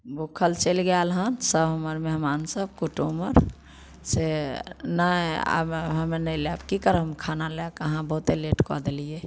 भुक्खल चलि गेल हन सब हमर मेहमान सब कुटुम आर से नहि आब हमे नहि लेब की करब हम खाना लै के अहाँ बहुते लेट कऽ देलियै